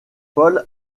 paul